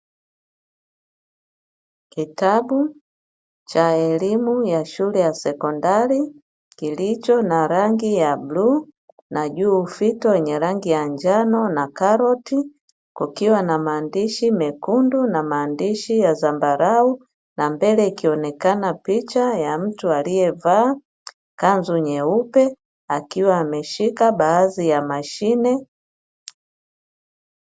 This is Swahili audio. Kitabu cha elimu ya shule ya sekondari kilicho na rangi ya bluu na juu ufito wenye rangi ya njano na karoti, kukiwa na maandishi mekundi na maandishi ya zambarau, na mbele ikioneka picha ya mtu alievaa kanzu nyeupe, akiwa ameshika baadhi ya mashine.